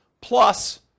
plus